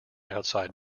outside